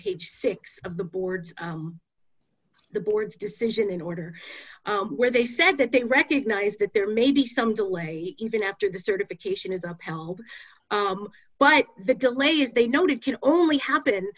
page six of the board's the board's decision in order where they said that they recognize that there may be some delay even after the certification is upheld but the delays they noted can only happen